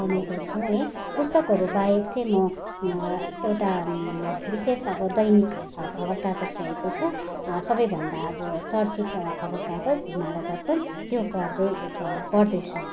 पढ्ने गर्छु है पुस्तकहरू बाहेक चाहिँ म एउटा विशेष अब दैनिक खबर कागज रहेको छ सबैभन्दा अब चर्चित खबर कागज हिमालय दर्पण त्यो पढ्दै पढ्दैछु